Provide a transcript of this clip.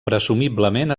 presumiblement